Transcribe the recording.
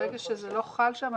ברגע שזה לא חל שם,